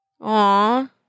Aw